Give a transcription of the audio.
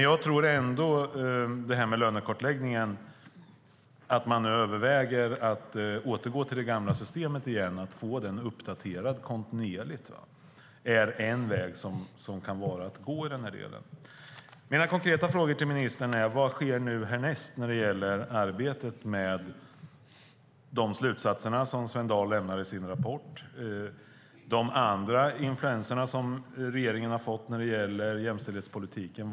Jag tror dock ändå att det här med lönekartläggningen - att man överväger att återgå till det gamla systemet och få den uppdaterad kontinuerligt - kan vara en väg att gå i den delen. Mina konkreta frågor till ministern är: Vad sker härnäst när det gäller arbetet med de slutsatser Svend Dahl lämnar i sin rapport och de andra influenser regeringen har fått när det gäller jämställdhetspolitiken?